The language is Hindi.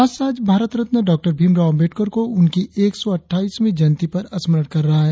राष्ट्र आज भारत रत्न डॉक्टर भीमराव अम्बेडकर को उनकी एक सौ अटठाईसवीं जयंती पर स्मरण कर रहा है